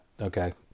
okay